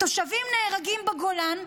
תושבים נהרגים בגולן,